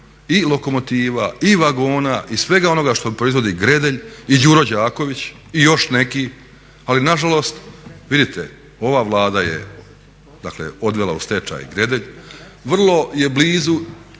i lokomotiva i vagona i svega onoga što proizvodi Gredelj i Đuro Đaković i još neki, ali nažalost vidite ova Vlada je odvela u stečaj Gredelj. Vrlo je blizu